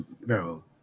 bro